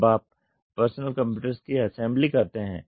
जब आप personal computers की असेंबली करते हैं